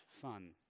fun